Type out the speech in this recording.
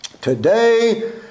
Today